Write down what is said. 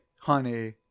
honey